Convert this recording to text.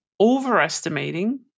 overestimating